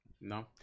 No